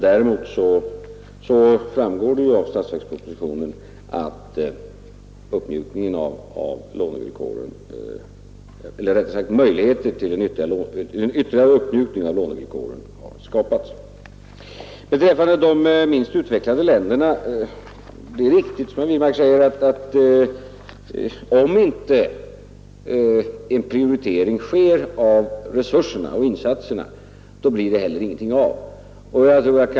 Däremot framgår det av statsverkspropositionen att möjligheter till ytterligare uppmjukning av lånevillkoren har skapats. Beträffande de minst utvecklade länderna vill jag säga att det är riktigt som herr Wirmark framhöll att om inte en prioritering sker av resurserna och insatserna så blir det heller ingenting av.